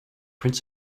prince